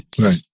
Right